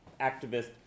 activist